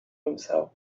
himself